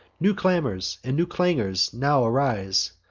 new clamors and new clangors now arise,